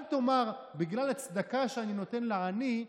אל תאמר: בגלל הצדקה שאני נותן לעני,